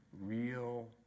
Real